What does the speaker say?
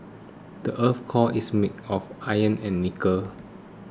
the earth's core is made of iron and nickel